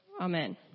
Amen